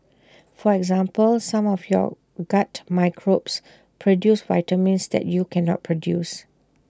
for example some of your gut microbes produce vitamins that you cannot produce